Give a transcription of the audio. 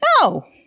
No